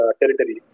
territory